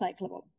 recyclable